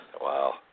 Wow